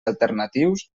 alternatius